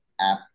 app